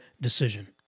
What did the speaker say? decision